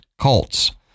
cults